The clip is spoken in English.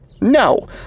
No